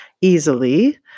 easily